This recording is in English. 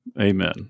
amen